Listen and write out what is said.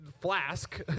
flask